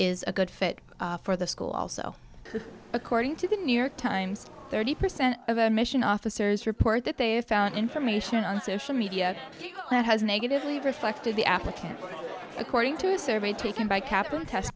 is a good fit for the school also according to the new york times thirty percent of our mission officers report that they found information on social media that has negatively reflected the applicant according to a survey taken by kaplan test